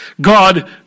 God